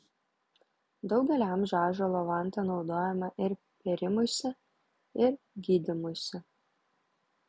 daugelį amžių ąžuolo vanta naudojama ir pėrimuisi ir gydymuisi